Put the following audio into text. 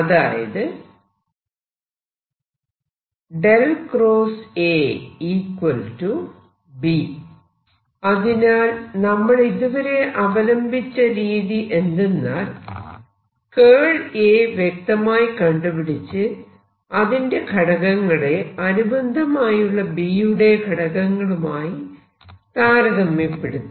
അതായത് A B അതിനാൽ നമ്മൾ ഇതുവരെ അവലംബിച്ച രീതി എന്തെന്നാൽ A വ്യക്തമായി കണ്ടുപിടിച്ച് അതിന്റെ ഘടകങ്ങളെ അനുബന്ധമായുള്ള B യുടെ ഘടകങ്ങളുമായി താരതമ്യപ്പെടുത്തി